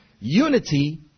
Unity